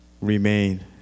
remain